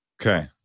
Okay